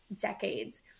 decades